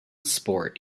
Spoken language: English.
sport